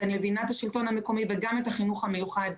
אני מבינה את השלטון המקומי וגם את החינוך המיוחד,